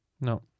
No